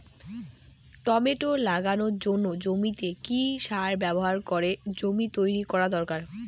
Tomato লাগানোর জন্য জমিতে কি সার ব্যবহার করে জমি তৈরি করা দরকার?